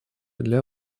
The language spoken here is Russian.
для